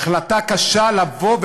החלטה קשה לבוא,